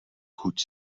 chuť